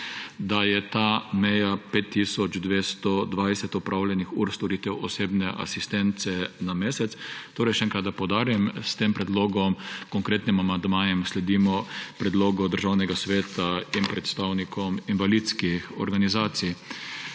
da je ta meja 5 tisoč 220 opravljenih ur storitev osebne asistence na mesec. Naj še enkrat poudarim, s tem predlogom, konkretnim amandmajem sledimo predlogu Državnega sveta in predstavnikov invalidskih organizacij.